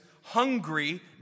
hungry